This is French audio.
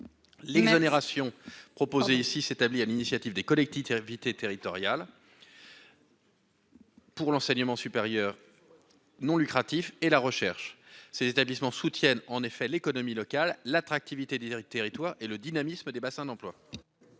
l'exonération proposée ici s'établit à l'initiative des collectifs invité territoriale. Pour l'enseignement supérieur non lucratif et la recherche, ces établissements soutiennent en effet l'économie locale, l'attractivité territoire et le dynamisme des bassins d'emploi.